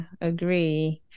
agree